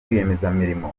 rwiyemezamirimo